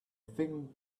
think